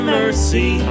mercy